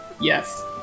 Yes